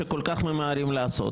שכל כך ממהרים לעשות.